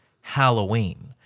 Halloween